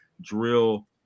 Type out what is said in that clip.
drill